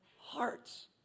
hearts